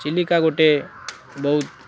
ଚିଲିକା ଗୋଟେ ବହୁତ